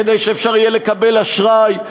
כדי שאפשר יהיה לקבל אשראי,